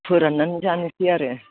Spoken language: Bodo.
फोराननानै जानोसै आरो